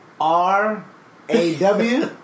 R-A-W